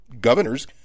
governor's